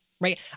right